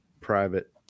private